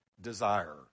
desire